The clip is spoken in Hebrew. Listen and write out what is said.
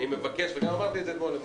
לפחות,